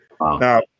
now